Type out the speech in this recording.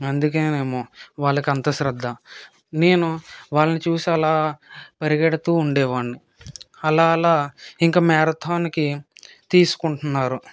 అందుకేనేమో వాళ్లకు అంత శ్రద్ద నేను వాళ్ళను చూసి అలా పరిగెడుతూ ఉండేవాడిని అలా అలా ఇంకా మ్యారథాన్కి తీసుకుంటున్నారు